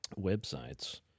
websites